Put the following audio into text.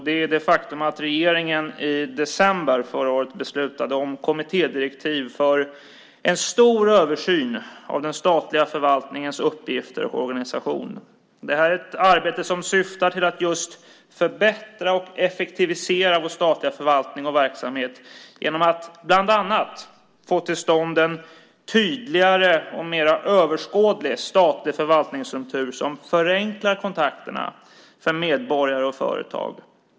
Det är det faktum att regeringen i december förra året beslutade om kommittédirektiv för en stor översyn av den statliga förvaltningens uppgifter och organisation. Det är ett arbete som syftar till att förbättra och effektivisera vår statliga förvaltning och verksamhet genom att bland annat få till stånd en tydligare och mer överskådlig statlig förvaltningsstruktur som förenklar kontakterna för medborgare och företag.